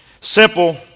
Simple